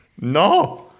No